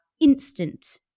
instant